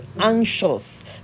anxious